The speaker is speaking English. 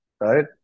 right